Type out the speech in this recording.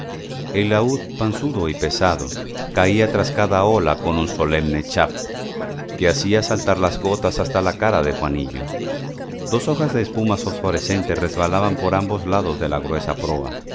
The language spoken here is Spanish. estrellas el laúd panzudo y pesado caía tras cada ola con un solemne chap que hacía saltar las gotas hasta la cara de juanillo dos hojas de espuma fosforescentes resbalaban por ambos lados de la gruesa proa